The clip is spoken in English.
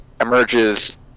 emerges